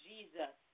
Jesus